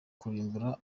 kurimbura